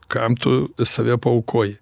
kam tu save paaukoji